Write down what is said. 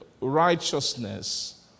righteousness